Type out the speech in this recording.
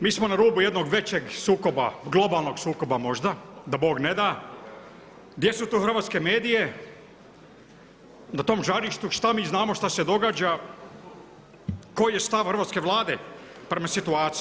Mi smo na rubu jednog većeg sukoba, globalnog sukoba možda da bog ne da, gdje su tu hrvatski mediji na tom žarištu, šta mi znamo šta se događa, koji je stav hrvatske Vlade prema situaciji?